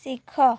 ଶିଖ